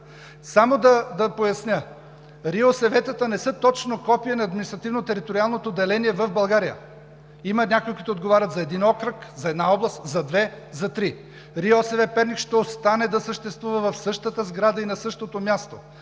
Само да поясня, РИОСВ-етата не са точно копие на административно-териториалното деление в България. Има някои, които отговарят за един окръг, за една област, за две, за три. РИОСВ – Перник, ще остане да съществува в същата сграда и на същото място.